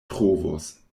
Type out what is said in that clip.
trovos